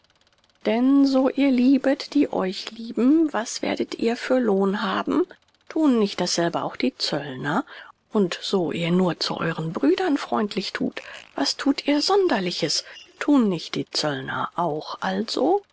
denn so ihr liebet die euch lieben was werdet ihr für lohn haben thun nicht dasselbe auch die zöllner und so ihr nur zu euren brüdern freundlich thut was thut ihr sonderliches thun nicht die zöllner auch also